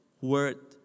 Word